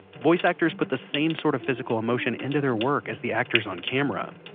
voice actors put the same sort of physical emotion into their work as the actors on camera.